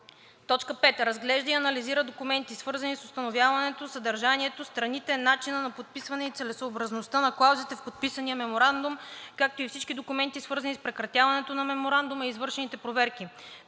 Петков. 5. Разглежда и анализира документи, свързани с установяване на съдържанието, страните, начина на подписване и целесъобразността на клаузите в подписания меморандум, както и всички документи, свързани с прекратяването на Меморандума и извършените проверки.